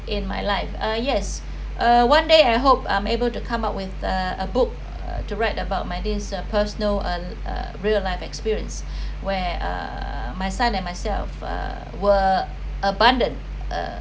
in my life uh yes uh one day I hope I'm able to come up with a a book to write about my dear sir personal or a real life experience where uh my son and myself uh were abandoned uh